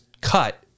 cut